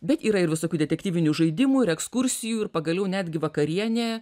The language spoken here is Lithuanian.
bet yra ir visokių detektyvinių žaidimų ir ekskursijų ir pagaliau netgi vakarienė